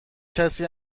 کسی